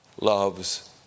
loves